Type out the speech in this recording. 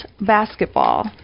basketball